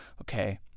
okay